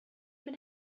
been